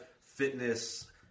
fitness